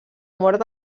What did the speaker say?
mort